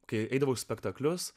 kai eidavau į spektaklius